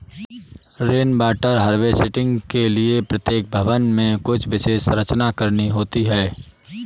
rain water harvesting के लिए प्रत्येक भवन में कुछ विशेष संरचना करनी होती है